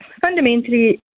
fundamentally